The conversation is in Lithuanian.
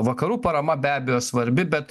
vakarų parama be abejo svarbi bet